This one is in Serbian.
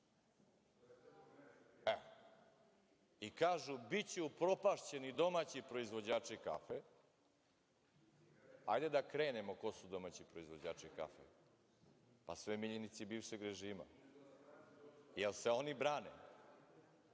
Kažu – biće upropašćeni domaći proizvođači kafe. Hajde da krenemo ko su domaći proizvođači kafe – sve miljenici bivšeg režima. Jel se oni brane?